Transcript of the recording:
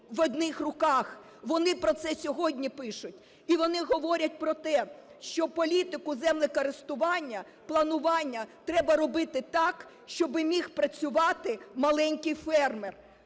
Вони про це сьогодні пишуть. І вони говорять про те, що політику землекористування, планування треба робити так, щоб міг працювати маленький фермер.